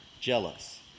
jealous